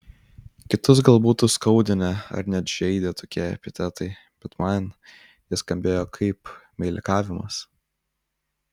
kitus gal būtų skaudinę ar net žeidę tokie epitetai bet man jie skambėjo kaip meilikavimas